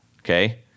Okay